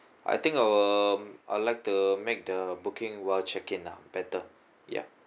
I think I will I'd like to make the booking while check in lah better ya